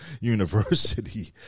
university